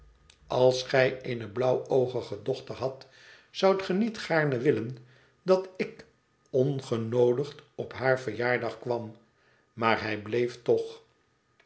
als gij eene blauwoogige dochter hadt zoudt ge niet gaarne willen dat ik ongenoodigd op haar verjaardag kwam maar hij bleef toch